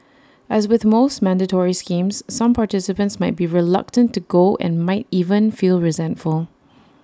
as with most mandatory schemes some participants might be reluctant to go and might even feel resentful